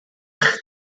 eich